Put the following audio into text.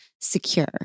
secure